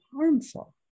harmful